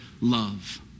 love